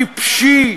טיפשי,